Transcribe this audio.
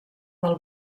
del